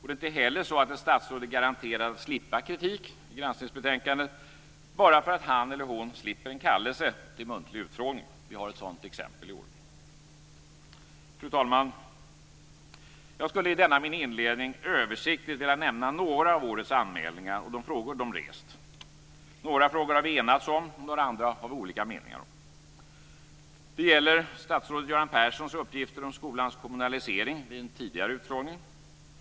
Det är inte heller så att ett statsråd är garanterad att slippa kritik i granskningsbetänkandet bara för att han eller hon slipper en kallelse till muntlig utfrågning. Vi har ett sådant exempel i år. Fru talman! Jag skulle i denna min inledning översiktligt vilja nämna några av årets anmälningar och de frågor de rest. Några frågor har vi enats om. Några andra har vi olika meningar om. Det gäller statsrådet Göran Perssons uppgifter om skolans kommunalisering vid en tidigare utfrågning.